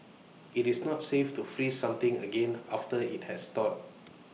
IT is not safe to freeze something again after IT has thawed